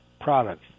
products